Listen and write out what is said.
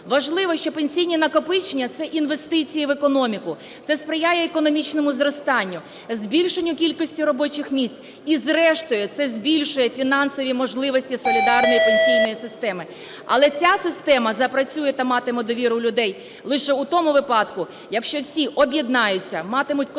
Важливо, що пенсійні накопичення – це інвестиції в економіку, це сприяє економічному зростанню, збільшенню кількості робочих місць, і зрештою це збільшує фінансові можливості солідарної пенсійної системи. Але ця система запрацює та матиме довіру в людей лише в тому випадку, якщо всі об'єднаються, матимуть консолідоване